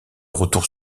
retour